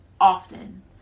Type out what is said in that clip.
often